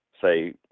say